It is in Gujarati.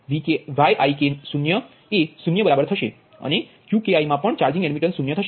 તેથી હવે આ પદ 0 થશે અને Qkiમા પણ ચાર્જિંગ એડમિટન્સ 0 થશે